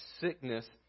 sickness